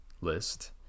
list